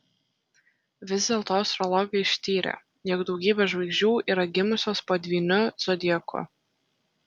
vis dėlto astrologai ištyrė jog daugybė žvaigždžių yra gimusios po dvyniu zodiaku